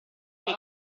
che